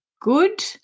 good